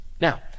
Now